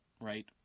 right